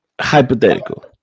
Hypothetical